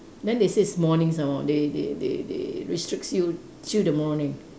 then they say is morning some more they they they they restricts you to the morning